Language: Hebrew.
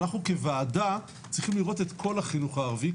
אנחנו כוועדה צריכים לראות את כל החינוך הערבי,